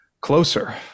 closer